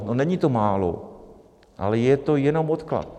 No, není to málo, ale je to jenom odklad.